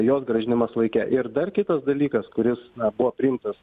jos grąžinimas laike ir dar kitas dalykas kuris buvo priimtas